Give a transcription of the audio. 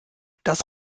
das